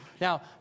Now